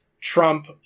Trump